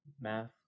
math